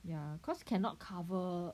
ya cause cannot cover